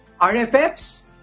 rffs